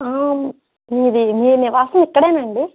మిది మీ నివాసం ఇక్కడేనా అండీ